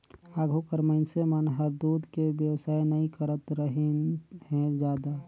आघु कर मइनसे मन हर दूद के बेवसाय नई करतरहिन हें जादा